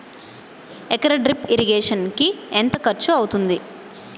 ఎకర drip irrigation కి ఎంత ఖర్చు అవుతుంది?